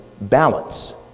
balance